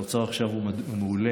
והתוצר עכשיו הוא מעולה.